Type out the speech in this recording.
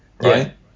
right